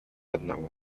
одного